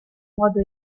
modo